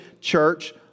church